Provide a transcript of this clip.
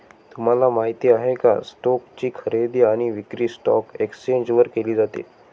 तुम्हाला माहिती आहे का? स्टोक्स ची खरेदी आणि विक्री स्टॉक एक्सचेंज वर केली जाते